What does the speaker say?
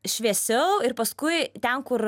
šviesiau ir paskui ten kur